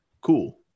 cool